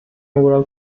overall